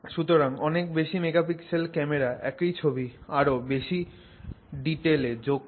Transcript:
সুতরাং অনেক বেশি মেগাপিক্সেল ক্যামেরা একই ছবিতে আরও বেশি করে ডিটেল যোগ করে